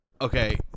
Okay